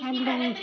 हू